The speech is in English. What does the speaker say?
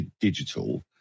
digital